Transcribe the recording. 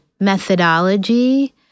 methodology